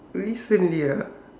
recently ah